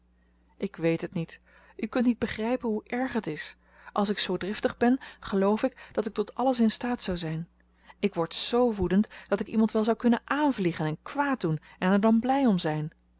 ik weet het niet u kunt niet begrijpen hoe erg het is als ik zoo driftig ben geloof ik dat ik tot alles in staat zou zijn ik word zoo woedend dat ik iemand wel zou kunnen aanvliegen en kwaad doen en er dan blij om zijn